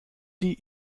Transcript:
die